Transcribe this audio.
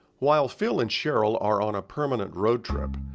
while phil and cheryl are on a permanent road trip,